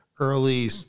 Early